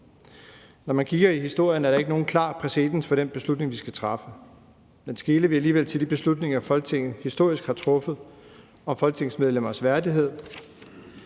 Når man kigger i historien, er der ikke nogen klar præcedens for den beslutning, vi skal træffe. Men skeler vi alligevel til de beslutninger, Folketinget historisk har truffet om folketingsmedlemmers værdighed,